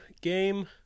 game